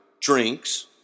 drinks